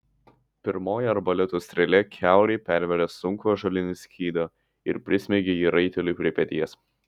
pirmoji arbaleto strėlė kiaurai pervėrė sunkų ąžuolinį skydą ir prismeigė jį raiteliui prie peties